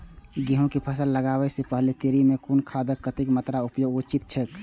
गेहूं के फसल लगाबे से पेहले तरी में कुन खादक कतेक मात्रा में उपयोग उचित छेक?